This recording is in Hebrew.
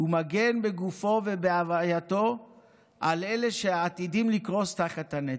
הוא מגן בגופו ובהווייתו על אלה שעתידים לקרוס תחת הנטל,